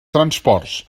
transports